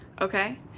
Okay